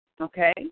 okay